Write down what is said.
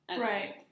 Right